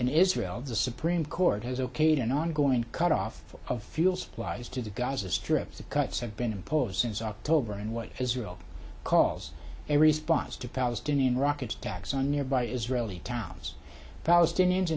in israel the supreme court has okayed an ongoing cutoff of fuel supplies to the gaza strip the cuts have been imposed since october and what israel calls a response to palestinian rocket attacks on nearby israeli towns palestinians